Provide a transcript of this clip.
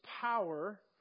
power